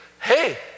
hey